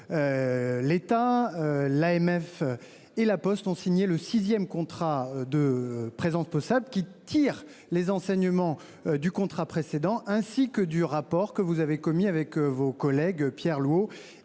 L'état l'AMF et la Poste ont signé le 6ème contrat de présente possède qui tire les enseignements du contrat précédent ainsi que du rapport que vous avez commis avec vos collègues, Pierre Louÿs